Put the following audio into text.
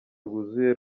rwuzuye